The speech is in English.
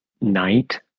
night